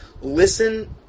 listen